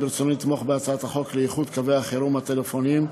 ברצוני לתמוך בהצעת החוק לאיחוד קווי החירום הטלפוניים,